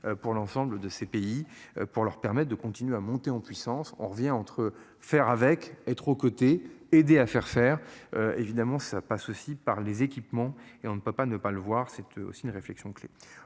pour l'ensemble de ces pays pour leur permettent de continuer à monter en puissance, on revient entre faire avec être aux côtés aider à faire faire. Évidemment, ça passe aussi par les équipements et on ne peut pas ne pas le voir cette aussi une réflexion que